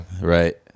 Right